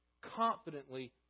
confidently